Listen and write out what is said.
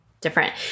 different